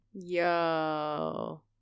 Yo